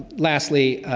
lastly,